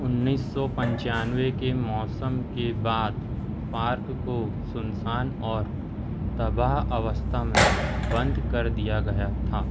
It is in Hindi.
उन्नीस सौ पंचनावे के मौसम के बाद पार्क को सुनसान और तबाह अवस्था में बंद कर दिया गया था